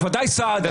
בוודאי סעדה.